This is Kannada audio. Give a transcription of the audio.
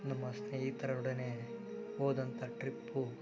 ನಮ್ಮ ಸ್ನೇಹಿತರೊಡನೆ ಹೋದಂಥ ಟ್ರಿಪ್ಪು